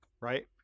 Right